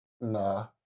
Nah